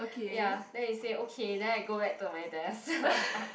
ya then he say okay then I go back to my desk